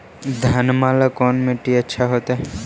घनमा ला कौन मिट्टियां अच्छा होतई?